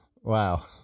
Wow